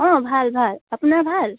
অঁ ভাল ভাল আপোনাৰ ভাল